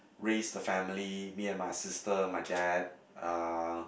raise the family me and my sister my dad uh